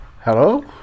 Hello